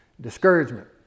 discouragement